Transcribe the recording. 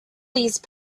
these